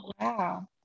Wow